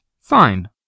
fine